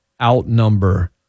outnumber